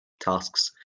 tasks